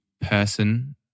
Person